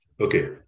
Okay